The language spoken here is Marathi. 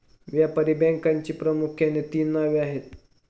व्यापारी बँकेची प्रामुख्याने तीन नावे आहेत